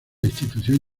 institución